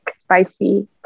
spicy